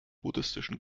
buddhistischen